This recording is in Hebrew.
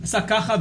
עשה ככה,